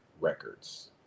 records